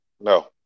No